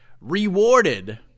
rewarded